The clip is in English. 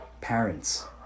parents